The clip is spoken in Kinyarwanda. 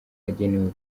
agenewe